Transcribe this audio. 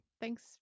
Thanks